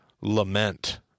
lament